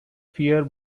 fear